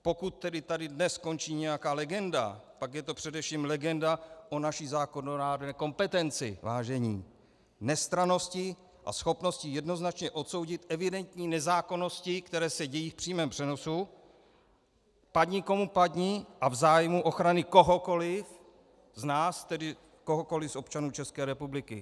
Pokud tedy tady dnes skončí nějaká legenda, pak je to především legenda o naší zákonodárné kompetenci, vážení, nestrannosti a schopnosti jednoznačně odsoudit evidentní nezákonnosti, které se dějí v přímém přenosu, padni, komu padni, a v zájmu ochrany kohokoli z nás, tedy kohokoli z občanů České republiky.